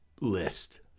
list